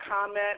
comment